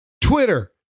Twitter